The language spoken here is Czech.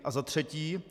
A za třetí.